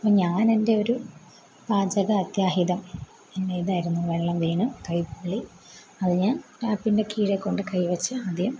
ഞാൻ എൻ്റെ ഒരു പാചക അത്യാഹിതം പിന്നെ ഇതായിരുന്നു വെള്ളം വീണു കൈ പൊള്ളി അത് ഞാൻ ടാപ്പിൻ്റെ കീഴെ കൊണ്ടുപോയി കൈ വെച്ച് ആദ്യം